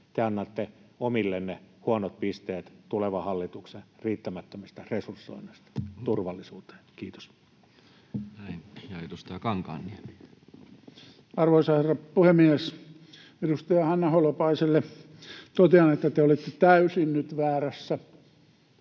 te annatte omillenne huonot pisteet tulevan hallituksen riittämättömistä resursoinneista turvallisuuteen. — Kiitos. Näin. — Ja edustaja Kankaanniemi. Arvoisa herra puhemies! Edustaja Hanna Holopaiselle totean, että te olette nyt täysin väärässä.